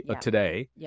today